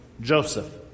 Joseph